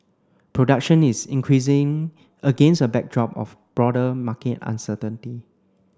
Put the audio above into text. production is increasing against a backdrop of broader market uncertainty